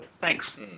Thanks